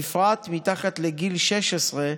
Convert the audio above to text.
בפרט מתחת לגיל 16,